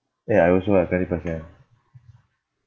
eh I also eh twenty percent